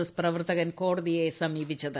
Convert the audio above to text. S പ്രവർത്തകൻ കോടതിയെ സമീപിച്ചത്